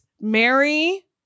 Mary